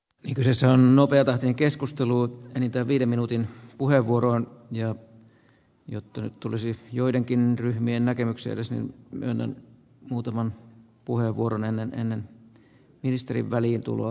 ne kyseessä on nopeitakin keskustelua enintään viiden minuutin puheenvuoron ja jota nyt tulisi joidenkin ryhmien näkemyksellisen mennään muutaman koulutason omaava henkilöstö vaativiin tehtäviin